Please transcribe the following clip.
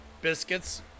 biscuits